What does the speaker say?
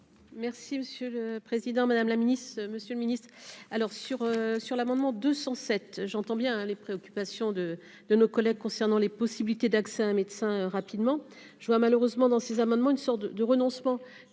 Merci monsieur le Président, Madame la Ministre, Monsieur le Ministre, alors sur, sur l'amendement 207 j'entends bien les préoccupations de de nos collègues concernant les possibilités d'accès à un médecin rapidement je vois malheureusement dans ces amendements, une sorte de de renoncement,